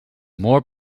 more